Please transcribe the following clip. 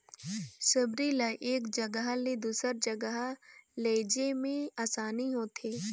सबरी ल एक जगहा ले दूसर जगहा लेइजे मे असानी होथे